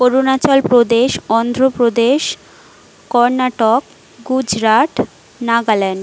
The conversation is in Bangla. অরুণাচল প্রদেশ অন্ধ্রপ্রদেশ কর্নাটক গুজরাট নাগাল্যান্ড